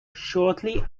shortly